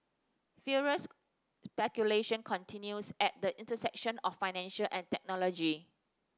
furious speculation continues at the intersection of finance and technology